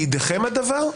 בידכם הדבר.